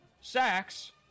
sacks